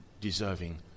deserving